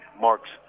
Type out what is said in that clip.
marks